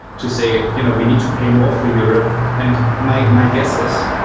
to say, you know, we need to pay more for europe. and my my guess is,